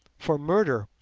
for murder,